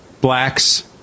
blacks